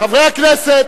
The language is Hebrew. חברי הכנסת,